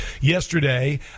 yesterday